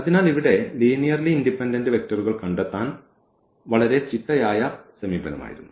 അതിനാൽ ഇവിടെ linearly independent വെക്റ്ററുകൾ കണ്ടെത്താൻ ഇത് വളരെ ചിട്ടയായ സമീപനമായിരുന്നു